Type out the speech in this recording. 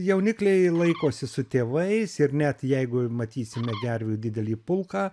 jaunikliai laikosi su tėvais ir net jeigu matysime gervių didelį pulką